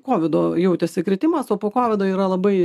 kovido jautėsi kritimas o po kovido yra labai